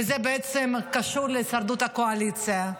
וזה קשור להישרדות הקואליציה.